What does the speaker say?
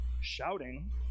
shouting